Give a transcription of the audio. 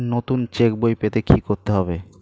নতুন চেক বই পেতে কী করতে হবে?